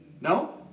No